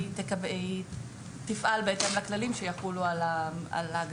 היא תפעל בהתאם לכללים שיחולו על ההגדרה.